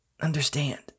understand